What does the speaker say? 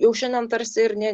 jau šiandien tarsi ir ne